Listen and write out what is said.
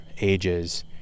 ages